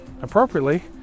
appropriately